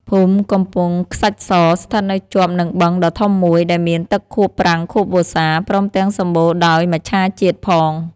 ភូមិ កំពង់ខ្សាច់ស ស្ថិតនៅជាប់នឹងបឹងដ៏ធំមួយ ដែលមានទឹកខួបប្រាំងខួបវស្សា ព្រមទាំងសម្បូរដោយមច្ឆជាតិផង។